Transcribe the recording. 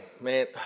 Man